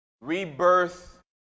rebirth